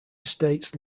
states